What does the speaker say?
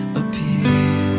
appear